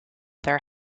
their